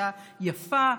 החלטה יפה,